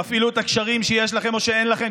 תפעילו את הקשרים שיש לכם או שאין לכם,